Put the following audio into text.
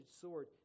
sword